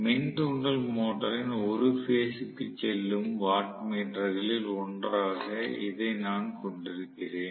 மின் தூண்டல் மோட்டரின் ஒரு பேஸ் க்கு செல்லும் வாட்மீட்டர்களில் ஒன்றாக இதை நான் கொண்டிருக்கிறேன்